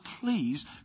please